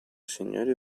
signori